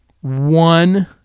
one